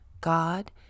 God